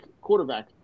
quarterback